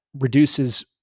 reduces